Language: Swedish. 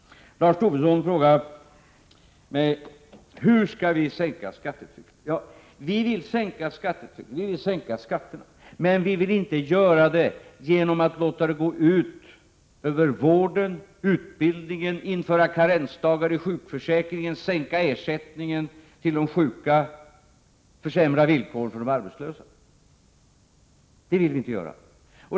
Lars Tobisson frågar mig: Hur skall vi sänka skattetrycket? Vi vill sänka skatterna, men vi vill inte låta det gå ut över vården, utbildningen, vi vill inte göra det genom att införa karensdagar i sjukförsäkringen, sänka ersättningen till de sjuka, försämra villkoren för de arbetslösa.